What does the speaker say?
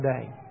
today